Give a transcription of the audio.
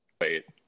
Wait